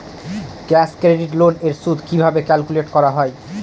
Cash credit loan এর সুদ কিভাবে ক্যালকুলেট করা হয়?